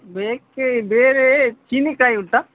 ಬೇಕೆ ಬೇರೆ ಚೀನಿಕಾಯಿ ಉಂಟಾ